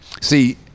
See